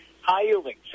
High-yielding